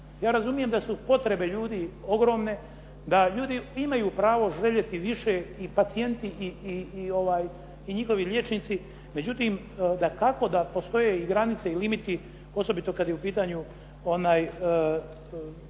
Ja razumijem da su potrebe ljudi ogromne, da ljudi imaju pravo željeti više i pacijenti i njihovi liječnici, međutim dakako da postoje i granice i limiti osobito kad je u pitanju